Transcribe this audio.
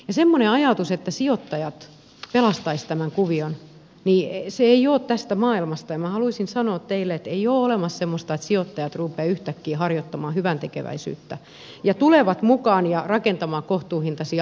semmoinen ajatus että sijoittajat pelastaisivat tämän kuvion ei ole tästä maailmasta ja minä haluaisin sanoa teille että ei ole olemassa semmoista että sijoittajat rupeavat yhtäkkiä harjoittamaan hyväntekeväisyyttä ja tulevat mukaan rakentamaan kohtuuhintaisia asuntoja